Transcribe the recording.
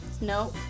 No